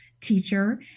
teacher